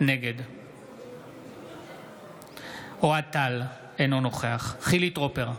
נגד אוהד טל, אינו נוכח חילי טרופר,